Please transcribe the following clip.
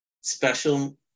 Special